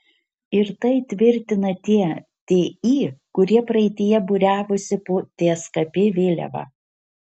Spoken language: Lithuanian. ir tai tvirtina tie ti kurie praeityje būriavosi po tskp vėliava